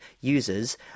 users